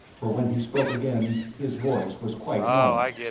for when he spoke again his voice was quite normal.